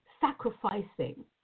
sacrificing